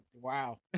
wow